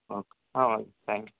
okay ah okay thank you